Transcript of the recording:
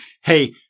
Hey